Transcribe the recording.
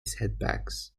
setbacks